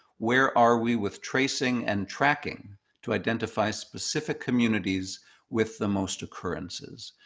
where are we with tracing and tracking to identify specific communities with the most occurrences?